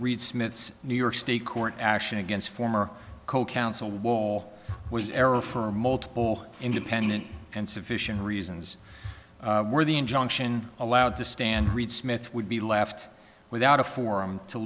reed smith's new york state court action against former co counsel wall was error for multiple independent and sufficient reasons were the injunction allowed to stand reed smith would be left without a forum to